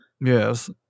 Yes